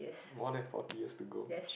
more than forty years to go